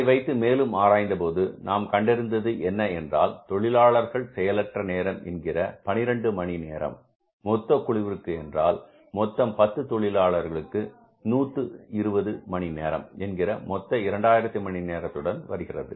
அதை மேலும் ஆராய்ந்தபோது நாம் கண்டறிந்தது என்ன என்றால் தொழிலாளர்கள் செயலற்ற நேரம் என்கிற 12 மணி நேரம் மொத்த குழுவிற்கு என்றால் மொத்தம் 10 தொழிலாளர்களுக்கு 120 மணி நேரம் என்கிற மொத்த 2000 மணி நேரத்துடன் வருகிறது